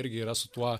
irgi yra su tuo